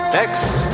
next